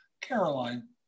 Caroline